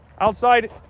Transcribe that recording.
Outside